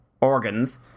organs